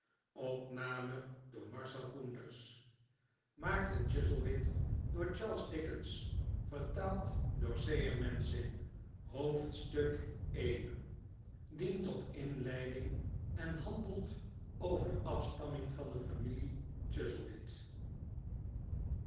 maarten chuzzlewit hoofdstuk i dient tot inleiding en handelt over de afstamming van de familie